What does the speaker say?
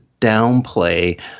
downplay